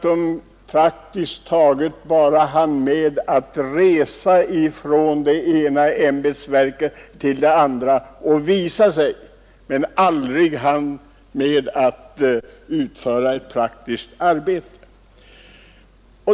De gick från det ena ämbetsverket till det andra för att visa sig. Men de hann aldrig med att utföra något praktiskt arbete.